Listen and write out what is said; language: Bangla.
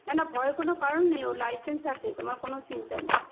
না না ভয়ের কোনো কারণ নেই ওর লাইসেন্স আছে তোমার কোনো চিন্তা নেই